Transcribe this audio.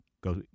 go